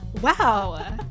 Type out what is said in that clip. wow